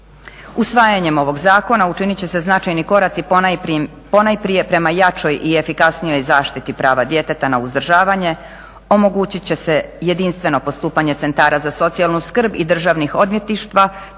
Usvajanjem ovog zakona učinit će se značajni koraci, ponajprije prema jačoj i efikasnijoj zaštiti prava djeteta na uzdržavanje, omogućit će se jedinstveno postupanje centara za socijalnu skrb i državnih odvjetništva